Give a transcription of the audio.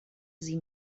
sie